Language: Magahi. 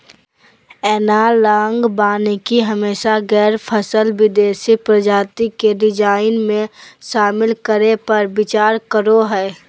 एनालॉग वानिकी हमेशा गैर फसल देशी प्रजाति के डिजाइन में, शामिल करै पर विचार करो हइ